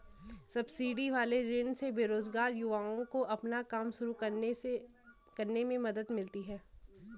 subsidy वाले ऋण से बेरोजगार युवाओं को अपना काम शुरू करने में मदद मिलती है